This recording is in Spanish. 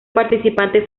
participante